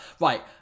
right